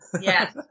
Yes